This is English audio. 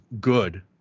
good